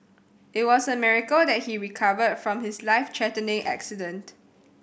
it was a miracle that he recovered from his life threatening accident